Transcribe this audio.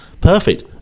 perfect